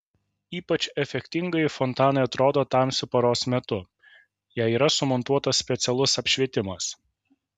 ypač efektingai fontanai atrodo tamsiu paros metu jei yra sumontuotas specialus apšvietimas